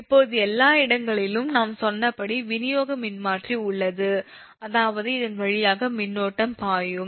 இப்போது எல்லா இடங்களிலும் நான் சொன்னபடி விநியோக மின்மாற்றி உள்ளது அதாவது இதன் வழியாக மின்னோட்டம் பாயும்